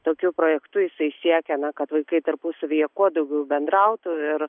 tokiu projektu jisai siekia na kad vaikai tarpusavyje kuo daugiau bendrautų ir